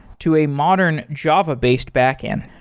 to a modern java-based backend.